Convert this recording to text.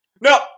No